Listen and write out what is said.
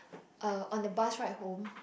uh on the bus right home